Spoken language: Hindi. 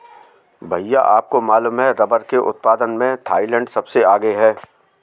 भैया आपको मालूम है रब्बर के उत्पादन में थाईलैंड सबसे आगे हैं